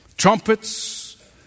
Trumpets